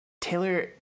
Taylor